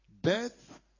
Death